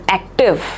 active